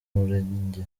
murenge